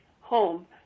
home